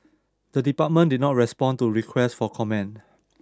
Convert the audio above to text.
the department did not respond to requests for comment